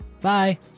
Bye